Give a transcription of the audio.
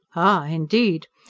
ah, indeed!